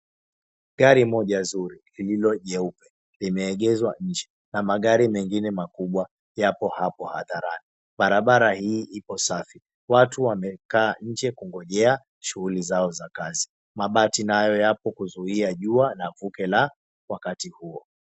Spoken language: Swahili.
Gari moja nzuri lililo nyeupe limeegezwa nje na magari mengine makubwa yapo hapo hadharani. Barabara hii ipo safi. Watu wamekaa nje kungojea shughuli zao za kazi. Mabati nayo yapo kuzuia jua na vuke wakati huo.